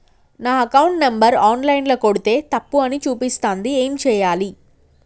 నా account number online ల కొడ్తే తప్పు అని చూపిస్తాంది ఏం చేయాలి?